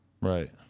Right